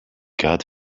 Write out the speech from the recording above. god